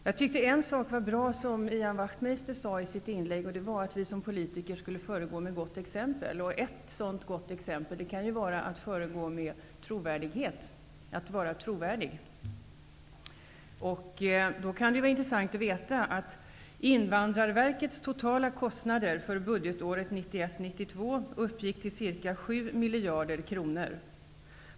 Ian Wachtmeister sade en bra sak i sitt inlägg, nämligen att vi som politiker skall föregå med gott exempel. Ett sådant gott exempel kan vara att uppträda med trovärdighet. Det kan vara intressant att veta att Invandrarverkets totala kostnader för budgetåret 1991/92 uppgick till ca 7 miljarder kronor.